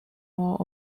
more